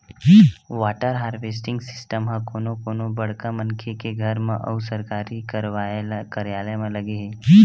water harvesting system ह कोनो कोनो बड़का मनखे के घर म अउ सरकारी कारयालय म लगे हे